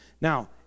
Now